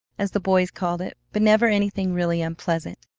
as the boys called it, but never anything really unpleasant.